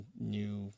new